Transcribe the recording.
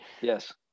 yes